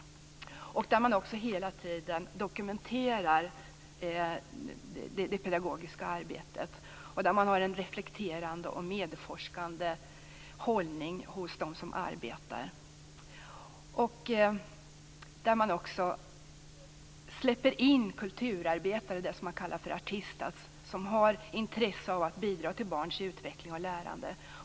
Man dokumenterar hela tiden det pedagogiska arbetet, och man har en reflekterande, medforskande hållning hos dem som arbetar. Man släpper också in kulturarbetare, det som man kallar för artistas, som har intresse av att bidra till barns utveckling och lärande.